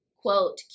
Quote